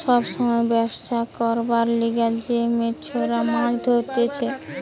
সময় সময় ব্যবছা করবার লিগে যে মেছোরা মাছ ধরতিছে